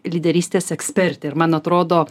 lyderystės ekspertė ir man atrodo